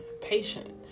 patient